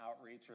outreach